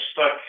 stuck